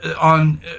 on